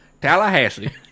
Tallahassee